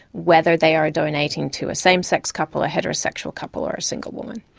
whether they are donating to a same-sex couple, a heterosexual couple, or a single woman.